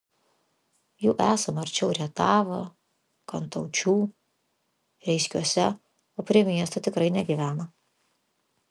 jų esama arčiau rietavo kantaučių reiskiuose o prie miesto tikrai negyvena